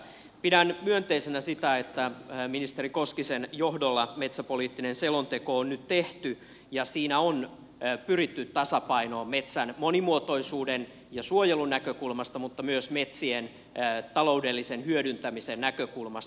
pidän myönteisenä sitä että ministeri koskisen johdolla metsäpoliittinen selonteko on nyt tehty ja siinä on pyritty tasapainoon metsän monimuotoisuuden ja suojelun näkökulmasta mutta myös met sien taloudellisen hyödyntämisen näkökulmasta